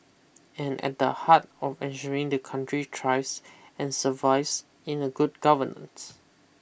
and at the heart of ensuring the country tries and survives in the good governance